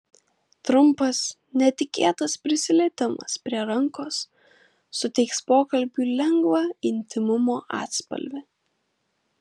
trumpas netikėtas prisilietimas prie rankos suteiks pokalbiui lengvą intymumo atspalvį